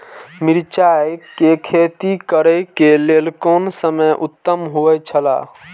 मिरचाई के खेती करे के लेल कोन समय उत्तम हुए छला?